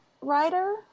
writer